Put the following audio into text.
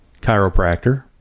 chiropractor